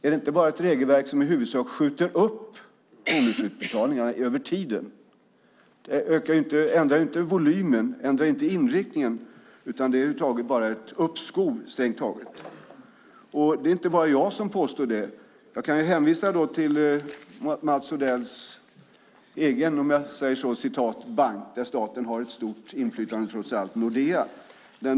Är det inte bara ett regelverk som i huvudsak skjuter upp bonusutbetalningarna över tiden? Det ändrar inte volymen eller inriktningen. Det är bara ett uppskov, strängt taget. Det är inte bara jag som påstår det. Jag kan hänvisa till Mats Odells egen, om jag säger så, bank, där staten har ett stort inflytande trots allt.